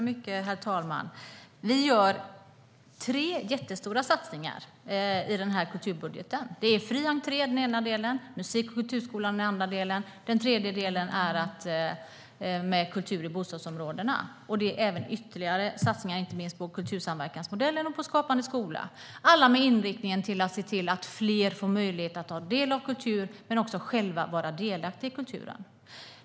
Herr talman! Vi gör tre stora satsningar i kulturbudgeten. Fri entré är den första delen. Musik och kulturskolan är den andra delen. Den tredje delen är kultur i bostadsområdena. Det finns även ytterligare satsningar inte minst på kultursamverkansmodellen och på Skapande skola. Alla ska ha inriktningen att se till att fler får möjlighet att ta del av kultur och själva vara delaktiga i kulturen.